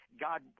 God